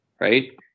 right